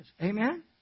Amen